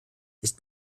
ist